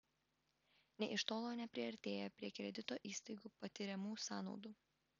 nė iš tolo nepriartėja prie kredito įstaigų patiriamų sąnaudų